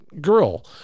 girl